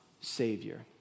Savior